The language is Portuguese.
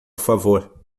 favor